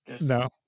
No